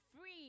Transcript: free